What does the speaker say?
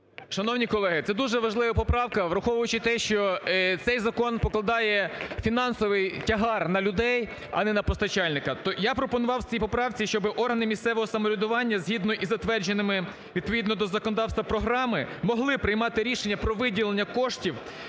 Шановні колеги, це дуже важлива поправка. Враховуючи те, що цей закон покладає фінансовий тягар на людей, а не на постачальника, то я пропонував в цій поправці, щоб органи місцевого самоврядування згідно із затвердженими відповідно до законодавства програми могли приймати рішення про виділення коштів